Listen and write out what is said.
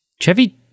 Chevy